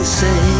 say